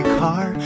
car